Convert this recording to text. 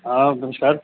हाँ नमस्कार